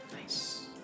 Nice